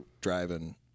driving